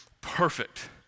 perfect